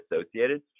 associated